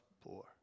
poor